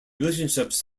relationships